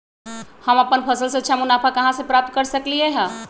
हम अपन फसल से अच्छा मुनाफा कहाँ से प्राप्त कर सकलियै ह?